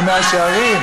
במאה-שערים?